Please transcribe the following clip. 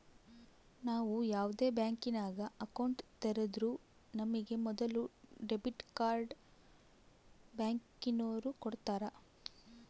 ನಾವು ಯಾವ್ದೇ ಬ್ಯಾಂಕಿನಾಗ ಅಕೌಂಟ್ ತೆರುದ್ರೂ ನಮಿಗೆ ಮೊದುಲು ಡೆಬಿಟ್ ಕಾರ್ಡ್ನ ಬ್ಯಾಂಕಿನೋರು ಕೊಡ್ತಾರ